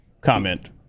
Comment